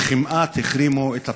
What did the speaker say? כמעט החרימו את הפלאפון,